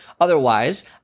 Otherwise